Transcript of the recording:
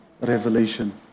revelation